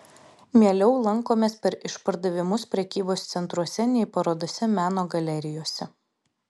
mieliau lankomės per išpardavimus prekybos centruose nei parodose meno galerijose